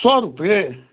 सओ रुपैए